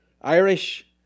Irish